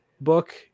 book